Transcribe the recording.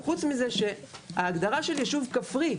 חוץ מזה שההגדרה של ישוב כפרי,